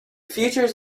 features